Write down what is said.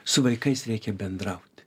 su vaikais reikia bendraut